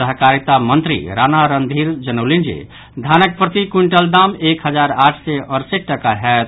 सहकारिता मंत्री राणा रणधीर जनौलनि जे धानक प्रति क्वींटल दाम एक हजार आठ सय अड़सठि टाका होयत